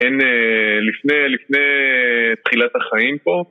אין לפני, לפני תחילת החיים פה